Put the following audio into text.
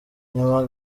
nyuma